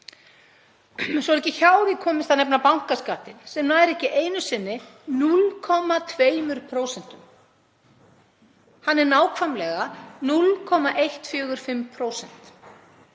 Svo er ekki hjá því komist að nefna bankaskattinn sem nær ekki einu sinni 0,2%. Hann er nákvæmlega 0,145%.